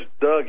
Doug